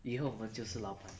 以后我们就是老板